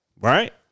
right